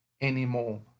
anymore